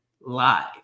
live